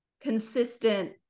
consistent